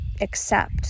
accept